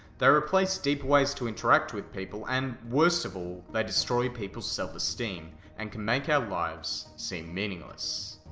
they replace deeper ways to interact with people and, worst of all, they destroy people's self esteem and can make our lives seem meaningless.